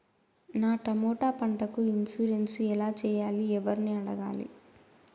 నా టమోటా పంటకు ఇన్సూరెన్సు ఎలా చెయ్యాలి? ఎవర్ని అడగాలి?